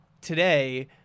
Today